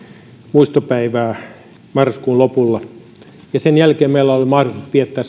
muistopäivää marraskuun lopulla ja sen jälkeen meillä on ollut mahdollisuus viettää